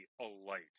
alight